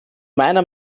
meiner